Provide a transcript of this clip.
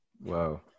Whoa